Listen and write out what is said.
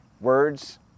words